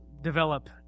develop